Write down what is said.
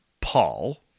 Paul